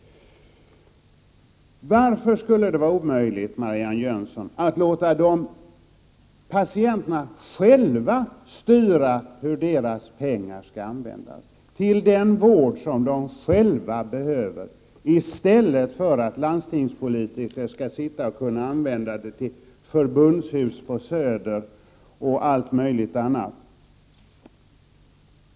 Varför skulle det vara omöjligt, Marianne Jönsson, att låta patienterna själva styra hur deras pengar skall användas? De kan styra pengarna till den vård de själva behöver, i stället för att landstingspolitiker skall använda pengarna till förbundshus på Söder och allt möjligt annat.